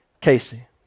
Casey